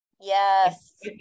Yes